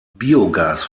biogas